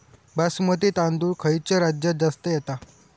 बासमती तांदूळ खयच्या राज्यात जास्त येता?